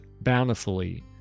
bountifully